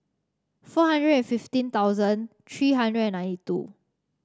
four hundred and fifteen thousand three hundred and ninety two